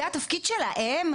זה התפקיד שלהם?